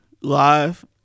live